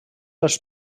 els